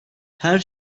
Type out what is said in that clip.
her